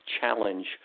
challenge